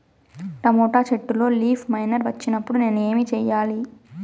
Tomato చెట్టులో leaf miner వచ్చినప్పుడు నేను ఏమి చెయ్యాలి?